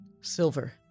Silver